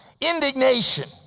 indignation